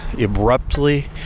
Abruptly